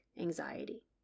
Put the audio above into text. anxiety